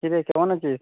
কিরে কেমন আছিস